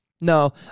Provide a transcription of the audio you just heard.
No